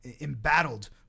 embattled